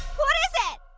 what? what is it?